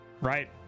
Right